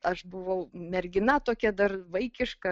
aš buvau mergina tokia dar vaikiška